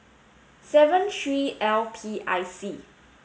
seven three L P I C